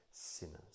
Sinners